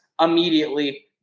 immediately